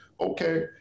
okay